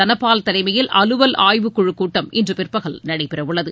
தனபால் தலைமையில் அலுவல் ஆய்வுக்குழு கூட்டம் இன்று பிற்பகல் நடைபெறவுள்ளது